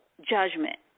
Judgment